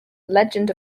legend